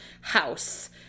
house